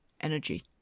energy